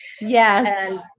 Yes